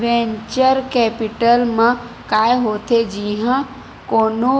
venture capital म काय होथे जिहाँ कोनो